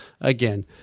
again